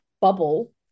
bubble